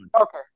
okay